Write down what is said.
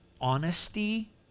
honesty